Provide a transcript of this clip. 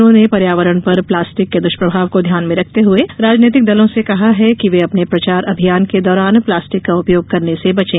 उन्होंने पर्यावरण पर प्लास्टिक के दुष्प्रभाव को ध्यान में रखते हुए राजनीतिक दलों से कहा है कि वे अपने प्रचार अभियान के दौरान प्लास्टिक का उपयोग करने से बचें